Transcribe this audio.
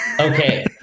Okay